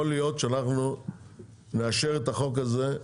יכול להיות שאנחנו נאשר את החוק הזה.